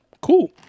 cool